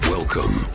Welcome